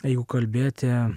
jau kalbėti